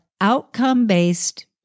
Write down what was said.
outcome-based